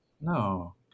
No